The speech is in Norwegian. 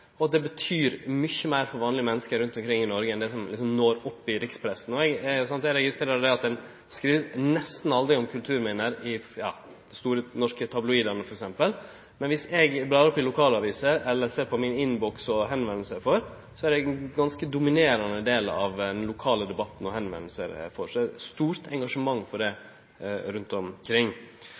og at det betyr mykje meir for vanlege menneske rundt omkring i Noreg enn det som kjem fram i rikspressa. Eg registrerer at ein nesten aldri skriv om kulturminne i dei store norske tabloidane, f.eks., men viss eg blar opp i lokalaviser eller ser i innboksen min, er dette ein ganske dominerande del av den lokale debatten og dei meldingane eg får. Så det er eit stort engasjement om dette rundt